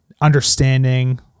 understanding